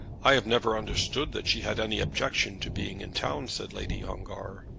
i have never understood that she had any objection to being in town, said lady ongar.